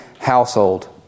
household